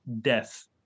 death